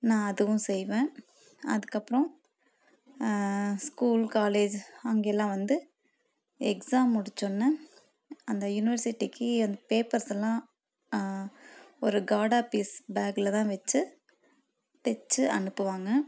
நான் அதுவும் செய்வேன் அதுக்கு அப்புறம் ஸ்கூல் காலேஜ் அங்கே எல்லாம் வந்து எக்ஸாம் முடித்த ஒடன அந்த யூனிவர்சிட்டிக்கு அந்த பேப்பர்ஸ் எல்லாம் ஒரு காடா பீஸ் பேக்கில் தான் வச்சு தைச்சி அனுப்புவாங்க